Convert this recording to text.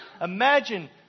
Imagine